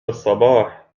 الصباح